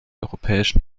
europäischen